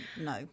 no